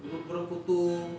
urut korang kotor